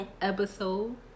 Episode